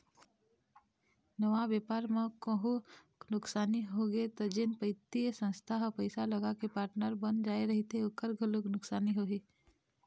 नवा बेपार म कहूँ नुकसानी होगे त जेन बित्तीय संस्था ह पइसा लगाके पार्टनर बन जाय रहिथे ओखर घलोक नुकसानी होही